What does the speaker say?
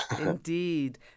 Indeed